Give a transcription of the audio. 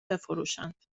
بفروشند